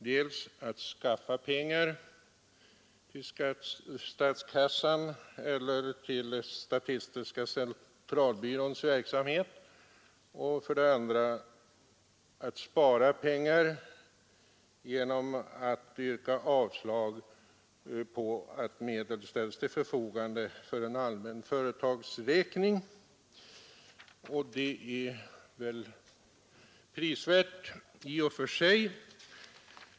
Hon vill dels skaffa pengar till statistiska centralbyråns verksamhet, dels spara pengar genom att yrka avslag på förslaget att meddel ställs till förfogande för en allmän företagsräkning. Det är prisvärt i och för sig.